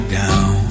down